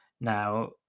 Now